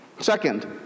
Second